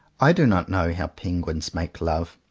i do not know how penguins make love,